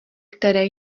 které